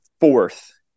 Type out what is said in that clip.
fourth